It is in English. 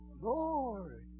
Lord